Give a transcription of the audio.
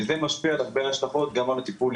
וזה משפיע על הרבה השלכות: גם על הטיפולים,